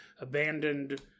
abandoned